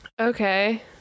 okay